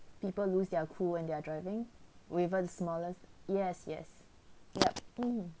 people lose their cool and their driving over the smallest yes yes yup mm